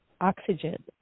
oxygen